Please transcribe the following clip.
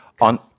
On